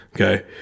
Okay